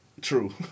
True